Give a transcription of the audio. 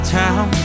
town